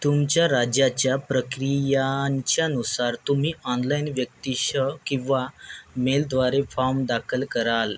तुमच्या राज्याच्या प्रक्रियांच्यानुसार तुम्ही ऑनलाइन व्यक्तिशः किंवा मेलद्वारे फॉर्म दाखल कराल